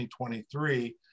2023